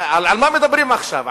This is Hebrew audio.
על מה מדברים עכשיו?